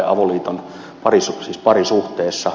henkilö joka on parisuhteessa